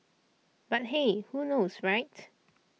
but hey who knows right